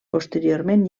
posteriorment